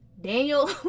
Daniel